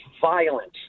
violence